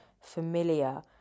familiar